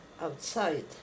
outside